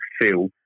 feel